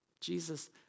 Jesus